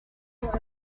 point